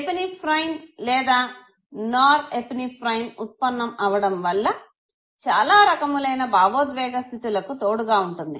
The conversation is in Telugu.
ఎపినిఫ్రెన్ లేదా నార్ ఎపినిఫ్రెన్ ఉత్పన్నం అవ్వడం వల్ల చాలా రకములైన భావోద్వేగ స్థితులకు తోడుగా ఉంటుంది